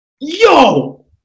Yo